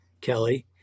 Kelly